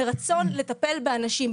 מרצון לטפל באנשים.